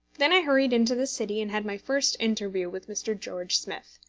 then i hurried into the city, and had my first interview with mr. george smith.